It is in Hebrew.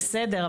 בסדר,